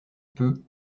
peu